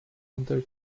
under